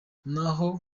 naho